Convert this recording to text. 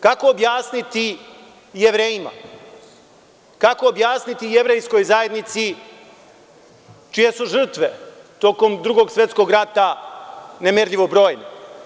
Kako objasniti Jevrejima, kako objasniti jevrejskoj zajednici, čije su žrtve tokom Drugog svetskog rata, nemerljivo brojne?